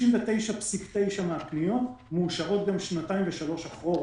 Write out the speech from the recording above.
99.9% מהפניות מאושרות גם שנתיים ושלוש אחורה.